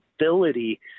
ability